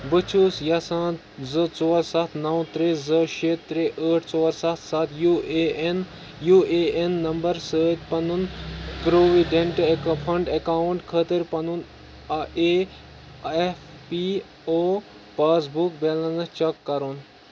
بہٕ چھُس یژھان زٕ ژور سَتھ نو ترٛےٚ زٕ شیٚے ترٛےٚ ٲٹھ ژور سَتھ سَتھ U A N U A N number سۭتۍ پنن پروویڈنٹ فنڈ اکاؤنٹ خٲطرٕ پَنُن E F P O passbook balance check کرِن